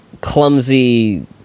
clumsy